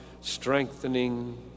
strengthening